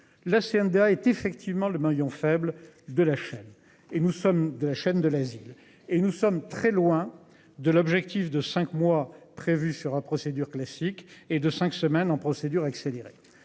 la CNDA est effectivement le maillon faible de la chaîne et nous sommes de la chaîne de l'asile et nous sommes très loin de l'objectif de cinq mois prévus sur un procédure classique et de 5 semaines en procédure accélérée.